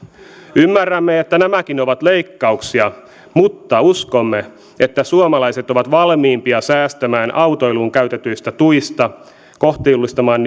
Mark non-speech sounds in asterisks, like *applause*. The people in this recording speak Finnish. ymmärrämme että nämäkin ovat leikkauksia mutta uskomme että suomalaiset ovat valmiimpia säästämään autoiluun käytetyistä tuista kohtuullistamaan *unintelligible*